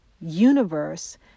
universe